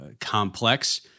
complex